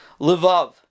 Lvov